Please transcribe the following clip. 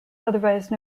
otherwise